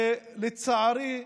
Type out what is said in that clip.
ולצערי,